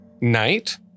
night